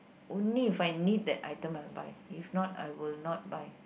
only if I need that item I will buy if not I will not buy